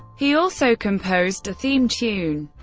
he also composed a theme tune,